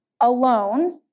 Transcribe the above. alone